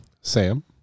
Sam